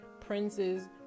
Prince's